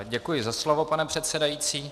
Děkuji za slovo, pane předsedající.